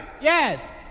Yes